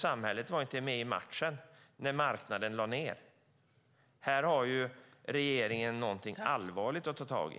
Samhället var inte med i matchen, och här har regeringen något allvarligt att ta tag i.